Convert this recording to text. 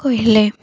କହିଲେ